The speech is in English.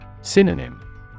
Synonym